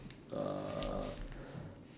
uh